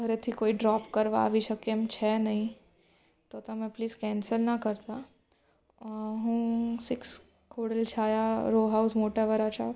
ઘરેથી કોઈ ડ્રોપ કરવા આવી શકે એમ છે નહીં તો તમે પ્લીસ કેન્સલ ના કરતાં હું સિક્સ કુરીલ છાયા રો હાઉસ મોટા વરાછા